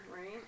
right